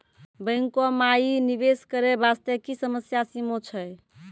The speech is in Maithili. बैंको माई निवेश करे बास्ते की समय सीमा छै?